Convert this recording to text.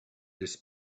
this